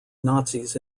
nazis